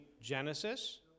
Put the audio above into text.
Genesis